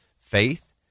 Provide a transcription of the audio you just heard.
faith